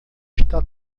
está